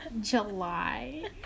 July